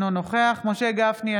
אינו נוכח משה גפני,